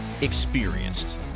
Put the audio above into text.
experienced